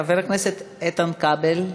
חבר הכנסת איתן כבל.